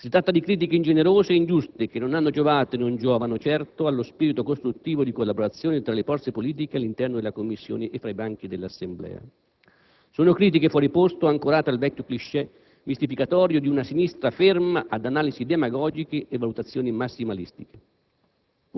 Si tratta di critiche ingenerose e ingiuste che non hanno giovato e non giovano certo allo spirito costruttivo e di collaborazione fra le forze politiche all'interno della Commissione e tra i banchi dell'Assemblea. Sono critiche fuori posto, ancorate al vecchio *cliché* mistificatorio di una sinistra ferma ad analisi demagogiche e valutazioni massimaliste.